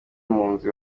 munzu